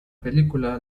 película